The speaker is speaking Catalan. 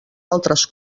altres